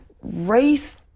race